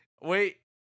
wait